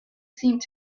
seemed